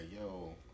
yo